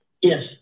Yes